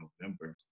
November